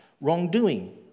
wrongdoing